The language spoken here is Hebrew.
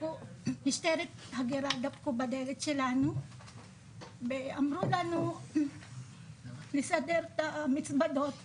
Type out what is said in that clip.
משטרת ההגירה דפקו בדלת שלנו ואמרו לנו לסדר את המזוודות